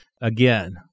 Again